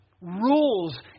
rules